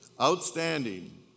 outstanding